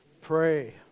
Pray